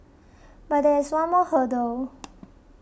but there is one more hurdle